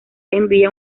envía